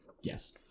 Yes